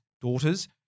daughters